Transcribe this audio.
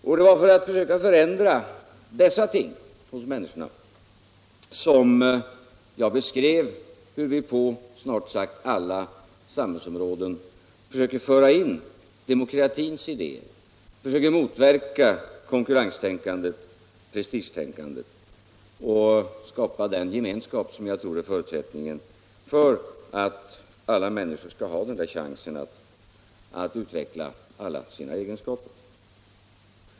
Jag beskrev hur vi just för att kunna förändra inställningen till dessa ting hos människorna på snart sagt alla samhällsområden försöker föra in demokratins idéer, försöker motverka konkurrenstänkandet och prestigetänkandet, försöker skapa den gemenskap som jag tror är förutsättningen för att alla människor skall ha chansen att utveckla alla sina egenskaper.